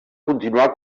continuar